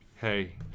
hey